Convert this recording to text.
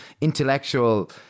intellectual